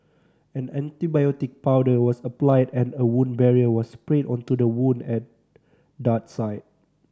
an antibiotic powder was applied and a wound barrier was sprayed onto the wound and dart site